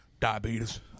Diabetes